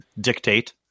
Dictate